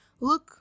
look